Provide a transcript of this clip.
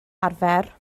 arfer